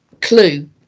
clue